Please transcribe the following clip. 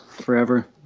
forever